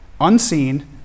unseen